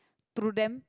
threw them